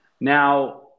Now